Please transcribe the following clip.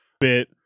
bit